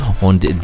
und